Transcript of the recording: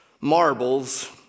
marbles